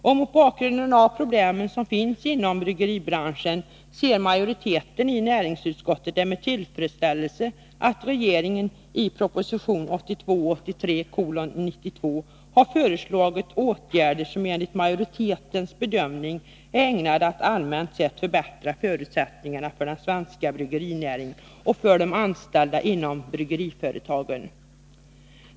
Mot bakgrund av de problem som finns inom bryggeribranschen ser majoriteten i näringsutskottet med tillfredsställelse att regeringen i proposition 1982/83:92 har föreslagit åtgärder som enligt majoritetens bedömning är ägnade att allmänt sett förbättra förutsättningarna för den svenska bryggerinäringen och för de anställda i bryggeriföretagen.